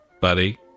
buddy